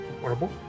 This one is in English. Horrible